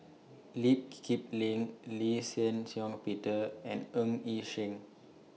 Lee Kip Lin Lee Shih Shiong Peter and Ng Yi Sheng